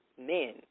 men